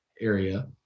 area